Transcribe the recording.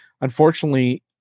Unfortunately